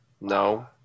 No